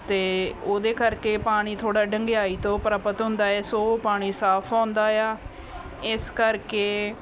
ਅਤੇ ਉਹਦੇ ਕਰਕੇ ਪਾਣੀ ਥੋੜ੍ਹਾ ਡੂੰਘਿਆਈ ਤੋਂ ਪ੍ਰਾਪਤ ਹੁੰਦਾ ਸੋ ਇਹ ਪਾਣੀ ਸਾਫ਼ ਆਉਂਦਾ ਆ ਇਸ ਕਰਕੇ